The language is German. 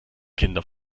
kinder